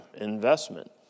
investment